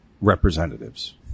representatives